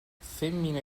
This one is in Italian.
femmine